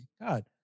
god